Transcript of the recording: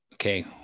Okay